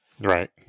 Right